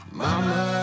mama